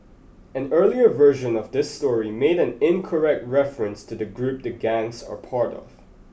an earlier version of this story made an incorrect reference to the group the gangs are part of